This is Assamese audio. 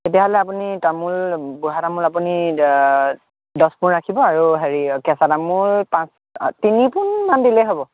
তেতিয়াহ'লে আপুনি তামোল বুঢ়া তামোল আপুনি দহপোন ৰাখিব আৰু হেৰি কেঁচা তামোল পাঁচ অঁ তিনিপোন মান দিলেই হ'ব